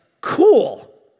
cool